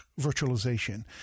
virtualization